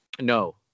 No